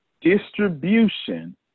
distribution